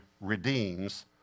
redeems